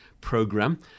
program